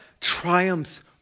triumphs